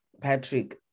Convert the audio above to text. patrick